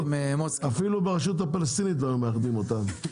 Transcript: אפילו ברשות הפלסטינית לא היו מאחדים אותם,